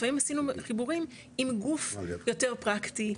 לפעמים עשינו חיבורים עם גוף יותר פרקטי,